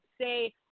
say